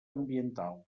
ambiental